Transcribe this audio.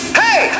hey